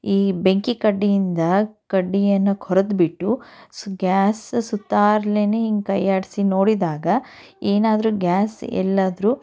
ಈ ಬೆಂಕಿಕಡ್ಡಿಯಿಂದ ಕಡ್ಡಿಯನ್ನು ಕೊರೆದು ಬಿಟ್ಟು ಗ್ಯಾಸ್ ಸುತ್ತಾರ್ಲೆನೆ ಹೀಗೆ ಕೈಯಾಡಿಸಿ ನೋಡಿದಾಗ ಏನಾದರೂ ಗ್ಯಾಸ್ ಎಲ್ಲಾದರೂ